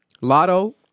Lotto